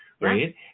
right